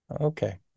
Okay